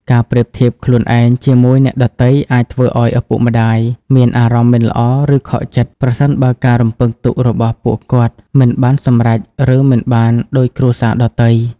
ការប្រៀបធៀបខ្លួនឯងជាមួយអ្នកដទៃអាចធ្វើឱ្យឪពុកម្ដាយមានអារម្មណ៍មិនល្អ ឬខកចិត្ត ប្រសិនបើការរំពឹងទុករបស់ពួកគាត់មិនបានសម្រេច ឬមិនបានដូចគ្រួសារដទៃ។